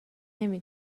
نمی